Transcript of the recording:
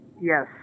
Yes